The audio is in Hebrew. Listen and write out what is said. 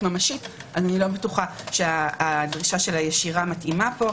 ממשית אני לא בטוחה שהגישה של הישירה מתאימה פה.